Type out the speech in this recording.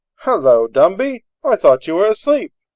hallo, dumby! i thought you were asleep.